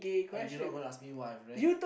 you're not gonna ask me why I read